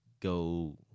go